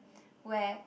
where